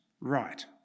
right